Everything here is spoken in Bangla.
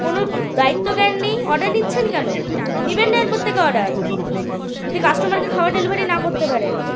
কোনো দায়িত্বজ্ঞান নেই অর্ডার নিচ্ছেন কেন নিবেন না এরপর থেকে অর্ডার যদি কাস্টমারকে খাওয়ার ডেলিভারি না করতে পারেন